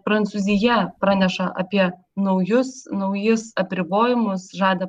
prancūzija praneša apie naujus naujus apribojimus žada